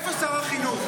איפה שר החינוך?